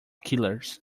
killers